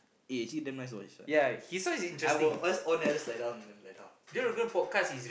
eh actually damn nice this one I will just on then I just lie down lie down